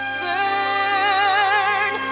burn